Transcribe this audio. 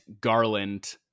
Garland